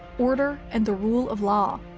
order, and the rule of law.